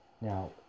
Now